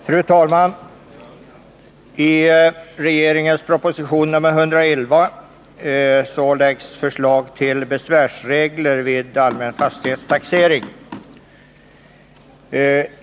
Fru talman! I regeringens proposition 111 framläggs förslag till besvärsregler vid allmän fastighetstaxering.